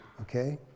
okay